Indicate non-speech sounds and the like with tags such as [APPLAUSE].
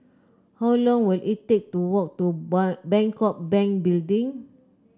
how long will it take to walk to [UNINTELLIGIBLE] Bangkok Bank Building